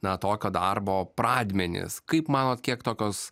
na tokio darbo pradmenis kaip manot kiek tokios